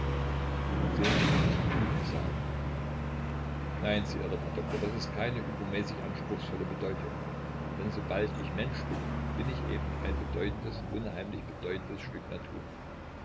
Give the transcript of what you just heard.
sehen sie das ist gut gesagt nein sie irren herr doktor das ist keine übermäßig anspruchsvolle bedeutung denn sobald ich mensch bin bin ich eben ein bedeutendes unheimlich bedeutendes stück natur